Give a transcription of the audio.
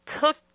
took